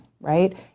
right